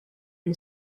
and